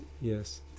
yes